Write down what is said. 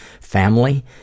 family